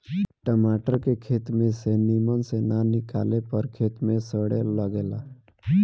टमाटर के खेत में से निमन से ना निकाले पर खेते में सड़े लगेला